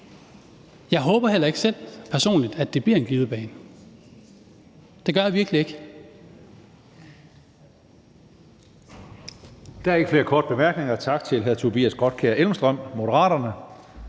personligt heller ikke selv, at det bliver en glidebane; det gør jeg virkelig ikke.